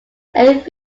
eighth